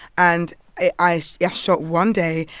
and i yeah shot one day,